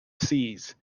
seas